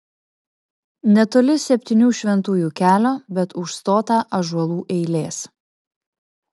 netoli septynių šventųjų kelio bet užstotą ąžuolų eilės